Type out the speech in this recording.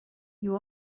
you